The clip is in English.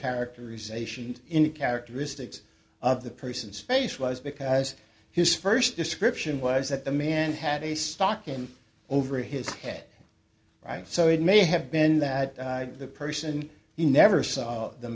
characterizations in the characteristics of the person's face was because his first description was that the man had a stock in over his head so it may have been that the person he never saw the